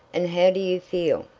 and how do you feel?